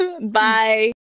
Bye